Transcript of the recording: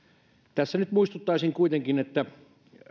tässä nyt muistuttaisin kuitenkin että